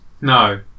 no